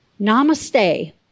namaste